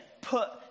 put